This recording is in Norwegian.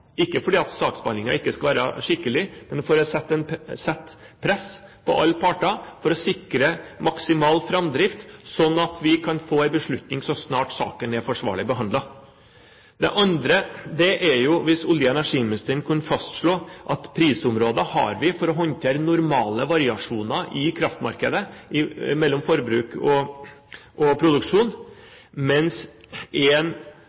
ikke fordi saksbehandlingen ikke skal være skikkelig, men for å sette press på alle parter for å sikre maksimal framdrift, slik at vi kan få en beslutning så snart saken er forsvarlig behandlet. Det andre er om olje- og energiministeren kunne fastslå at prisområder har vi for å håndtere normale variasjoner i kraftmarkedet mellom forbruk og produksjon, mens en